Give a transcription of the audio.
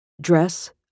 dress